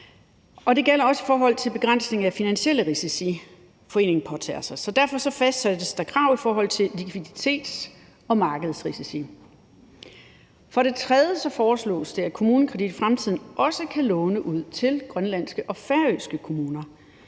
det gælder også i forhold til begrænsningen af de finansielle risici, foreningen påtager sig. Så derfor fastsættes der krav i forhold til likviditets- og markedsrisiko. For det tredje foreslås det, at KommuneKredit i fremtiden også kan låne ud til grønlandske og færøske kommuner.